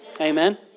Amen